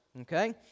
Okay